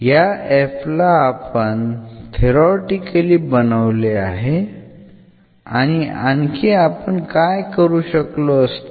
या f ला आपण थेरॉटिकली बनवले आहे आणि आणखी आपण काय करू शकलो असतो